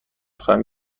خواهم